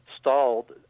stalled